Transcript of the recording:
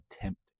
attempt